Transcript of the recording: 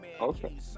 Okay